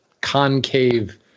concave